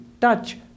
touch